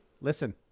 listen